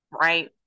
right